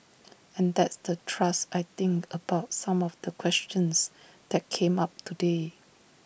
and that's the thrust I think about some of the questions that came up today